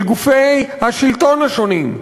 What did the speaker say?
של גופי השלטון השונים,